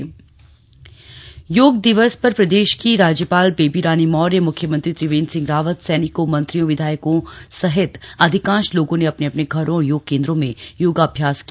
अर्न्तराष्ट्रीय योग दिवस अंतर्राष्ट्रीय योग दिवस पर प्रदेश की राज्यपाल बेवी रानी मौर्य मुख्यमंत्री त्रिवेन्द्र सिंह रावत सैनिकों मंत्रियों विधायकों सहित अधिकांश लोगों ने अपने अपने घरों और योग केंद्रों में योगाभ्यास किया